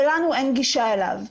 ולנו אין גישה אליו,